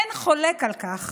אין חולק על כך